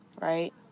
right